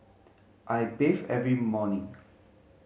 I bathe every morning